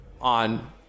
on